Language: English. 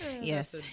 yes